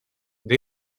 det